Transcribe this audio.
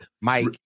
Mike